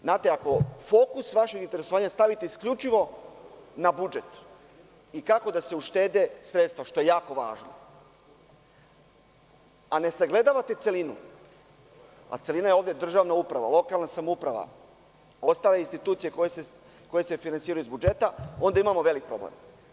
Znate, ako fokus vašeg interesovanja stavite isključivo na budžet, i kako da se uštede sredstva, što je jako važno, a ne sagledavate celinu, a celina je ovde državna uprava, lokalna samouprava i ostale institucije koje se finansiraju iz budžeta, onda imamo veliki problem.